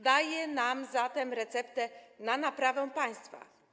Daje nam zatem receptę na naprawę państwa.